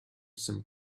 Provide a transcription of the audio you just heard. some